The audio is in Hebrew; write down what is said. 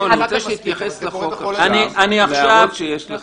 לא, אני רוצה שתתייחס לחוק עכשיו, להערות שיש לך.